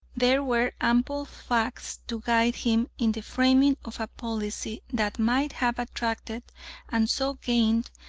there were ample facts to guide him in the framing of a policy that might have attracted and so gained,